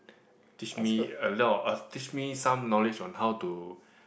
teach me a lot of teach me some knowledge on how to